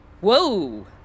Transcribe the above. Whoa